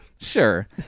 sure